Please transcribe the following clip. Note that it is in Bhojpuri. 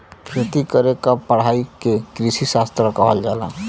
खेती करे क पढ़ाई के कृषिशास्त्र कहल जाला